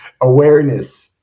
awareness